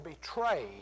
betrayed